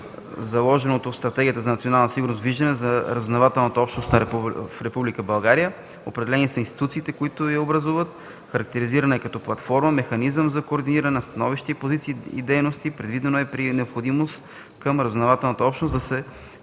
заложеното в Стратегията за национална сигурност виждане за разузнавателната общност в Република България. Определени са институциите, които я образуват. Характеризирана е като платформа, механизъм за координиране на становища и позиции, и дейности. Предвидено е при необходимост към разузнавателната общност да се